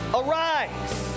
arise